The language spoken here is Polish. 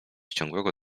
ciągłego